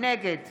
נגד